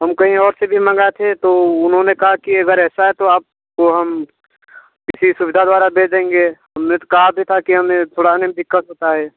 हम कहीं और से भी मंगाते हैं तो उन्होंने कहा कि अगर ऐसा है तो आप को हम किसी सुविधा द्वारा भेज देंगे हमने तो कहा भी था कि हमें थोड़ा आने में दिक्कत होता है